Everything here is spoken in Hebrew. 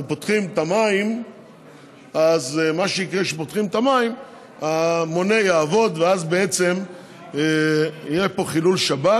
פותחים את ברז המים המונה יעבוד ואז בעצם יהיה פה חילול שבת.